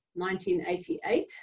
1988